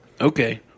Okay